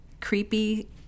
creepy